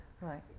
Right